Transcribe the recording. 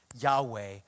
Yahweh